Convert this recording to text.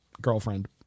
girlfriend